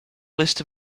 list